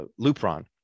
Lupron